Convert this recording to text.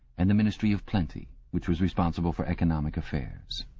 and the ministry of plenty, which was responsible for economic affairs.